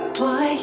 boy